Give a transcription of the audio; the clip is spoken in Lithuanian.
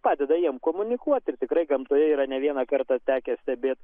padeda jiem komunikuoti ir tikrai gamtoje yra ne vieną kartą tekę stebėt